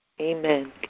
Amen